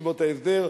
בישיבות ההסדר,